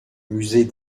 musée